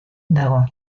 dago